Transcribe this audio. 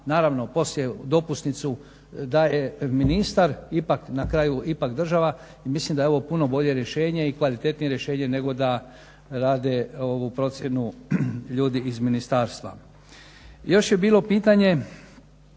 naravno poslije dopusnicu daje ministar. Ipak na kraju ipak država. I mislim da je ovo puno bolje rješenje i kvalitetnije rješenje nego da rade ovu procjenu ljudi iz ministarstva. Još je bilo pitanje